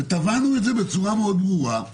תבענו את זה בצורה מאוד ברורה,